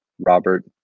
Robert